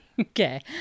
okay